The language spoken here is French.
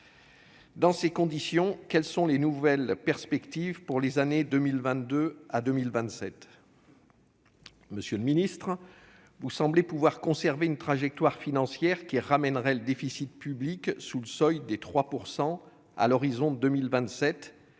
Dans ces conditions, quelles sont les nouvelles perspectives pour les années 2022 à 2027 ?